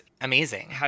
amazing